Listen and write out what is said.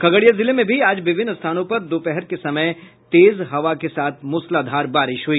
खगड़िया जिले में भी आज विभिन्न स्थानों पर दोपहर के समय तेज हवा के साथ मूसलाधार बारिश हुई